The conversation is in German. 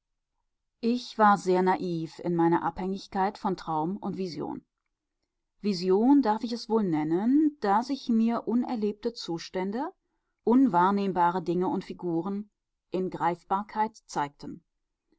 ich war sehr naiv in meiner abhängigkeit von traum und vision vision darf ich es wohl nennen da sich mir unerlebte zustände unwahrnehmbare dinge und figuren in greifbarkeit zeigten